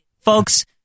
folks